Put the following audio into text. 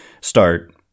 start